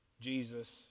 Jesus